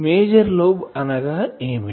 major lobe అనగా ఏమిటి